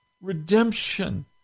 redemption